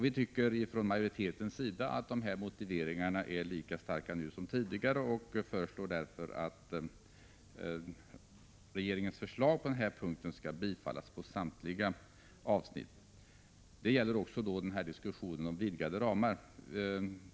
Vi tycker från majoritetens sida att motiveringarna härför är lika starka som tidigare och föreslår därför att regeringens förslag på denna punkt skall bifallas på samtliga avsnitt. Detsamma gäller beträffande diskussionen om vidgade ramar.